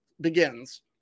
begins